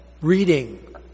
reading